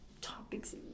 topics